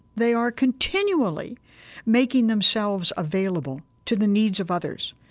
they are continually making themselves available to the needs of others,